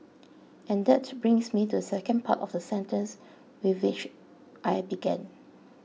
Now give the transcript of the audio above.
and that brings me to second part of the sentence with which I began